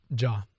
Ja